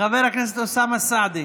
חבר הכנסת אוסאמה סעדי,